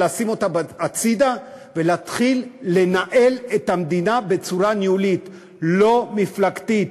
לשים אותה בצד ולהתחיל לנהל את המדינה בצורה ניהולית לא מפלגתית.